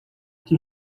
que